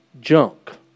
junk